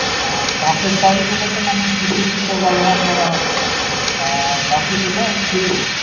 আর তাঁতের শাড়ির উপর তো মনে হয় সুতির সুতো ব্যবহার করা হচ্ছে আর বাকিগুলোয় সিল্ক